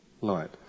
light